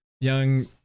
young